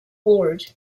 board